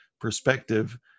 perspective